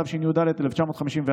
התשי"ד 1954,